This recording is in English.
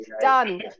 Done